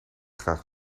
graag